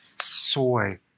Soy